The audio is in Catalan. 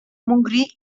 montgrí